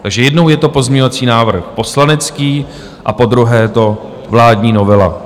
Takže jednou je to pozměňovací návrh poslanecký a podruhé je to vládní novela.